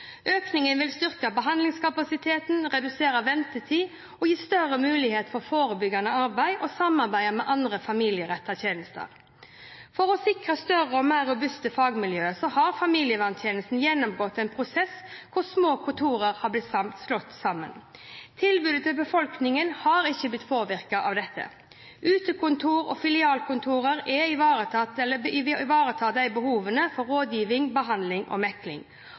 Økningen vil styrke behandlingskapasiteten, redusere ventetiden og gi større mulighet for forebyggende arbeid og samarbeid med andre familierettede tjenester. For å sikre større og mer robuste fagmiljøer har familieverntjenesten gjennomgått en prosess hvor små kontorer er blitt slått sammen. Tilbudet til befolkningen har ikke blitt påvirket av dette. Utekontor og filialkontor ivaretar behovet for rådgivning, behandling og mekling.